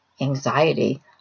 anxiety